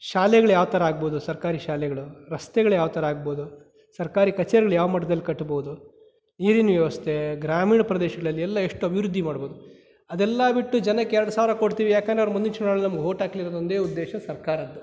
ಶಾಲೆಗಳು ಯಾವ ಥರ ಆಗ್ಬೋದು ಸರ್ಕಾರಿ ಶಾಲೆಗಳು ರಸ್ತೆಗಳು ಯಾವ ಥರ ಆಗ್ಬೋದು ಸರ್ಕಾರಿ ಕಚೇರಿಗ್ಳು ಯಾವ ಮಟ್ದಲ್ಲಿ ಕಟ್ಬೋದು ನೀರಿನ ವ್ಯವಸ್ಥೆ ಗ್ರಾಮೀಣ ಪ್ರದೇಶಗಳಲ್ಲಿ ಎಲ್ಲ ಎಷ್ಟು ಅಭಿವೃದ್ಧಿ ಮಾಡ್ಬೋದು ಅದೆಲ್ಲ ಬಿಟ್ಟು ಜನಕ್ಕೆ ಎರಡು ಸಾವಿರ ಕೊಡ್ತೀವಿ ಯಾಕಂದರೆ ಅವ್ರು ಮುಂದಿನ ಚುನಾವಣೇಲ್ಲಿ ನಮ್ಗೆ ಓಟ್ ಹಾಕಲಿ ಅನ್ನೋದೊಂದೇ ಉದ್ದೇಶ ಸರ್ಕಾರದ್ದು